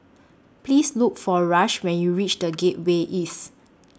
Please Look For Rush when YOU REACH The Gateway East